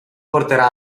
porterà